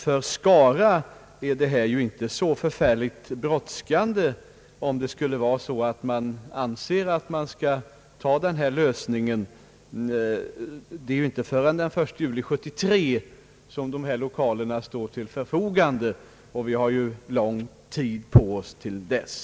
För Skara är detta avgörande inte så förfärligt brådskande, om regering och riksdag nu över huvud taget skulle acceptera denna lösning. Det är ju inte förrän den 1 juli 1973 som de aktuella lokalerna står till förfogande. Vi har alltså lång tid på oss till dess.